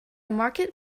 market